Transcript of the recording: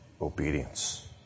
obedience